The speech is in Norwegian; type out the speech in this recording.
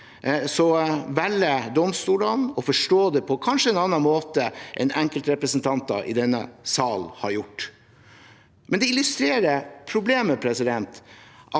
velger domstolene å forstå det på kanskje en annen måte enn enkeltrepresentanter i denne salen har gjort. Det illustrerer problemet med